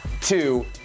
two